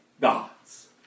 gods